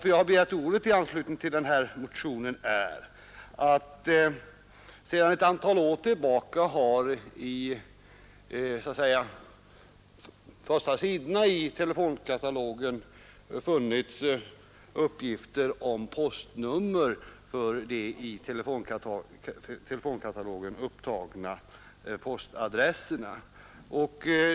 Att jag har begärt ordet i anslutning till den här motionen beror på att det sedan ett antal år på de första sidorna i telefonkatalogen funnits uppgifter om postnummer för de i telefonkatalogen upptagna postadresserna.